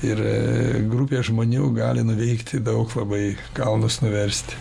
ir grupė žmonių gali nuveikti daug labai kalnus nuversti